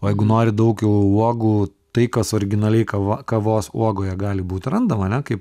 o jeigu nori daug jau uogų tai kas originaliai kava kavos uogoje gali būt randama ane kaip